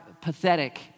pathetic